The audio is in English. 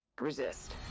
Resist